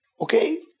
Okay